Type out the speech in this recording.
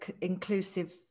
inclusive